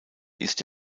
ist